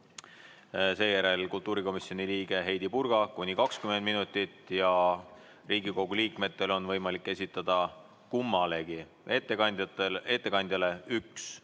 seejärel on kultuurikomisjoni liikme Heidy Purga ettekanne kuni 20 minutit. Riigikogu liikmetel on võimalik esitada kummalegi ettekandjale üks